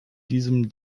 diesem